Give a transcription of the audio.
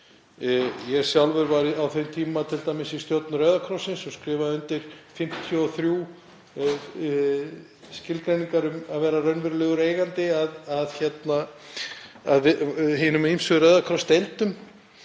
var sjálfur á þeim tíma t.d. í stjórn Rauða krossins og skrifaði undir 53 skilgreiningar um að vera raunverulegur eigandi að hinum ýmsu Rauða kross-deildum.